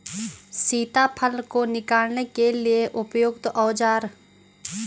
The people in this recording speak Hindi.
सीताफल को निकालने के लिए उपयुक्त औज़ार?